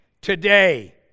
today